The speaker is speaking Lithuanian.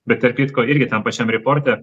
bet tarp kitko irgi tam pačiam riporte